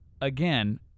again